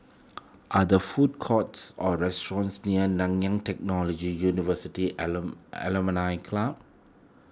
are there food courts or restaurants near Nanyang Technological University Alum Club